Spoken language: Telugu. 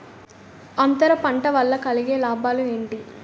అంతర పంట వల్ల కలిగే లాభాలు ఏంటి